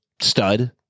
stud